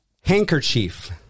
handkerchief